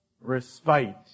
respite